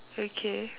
okay